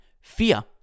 Fear